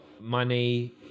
money